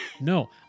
No